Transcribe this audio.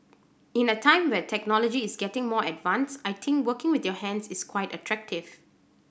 in a time where technology is getting more advanced I think working with your hands is quite attractive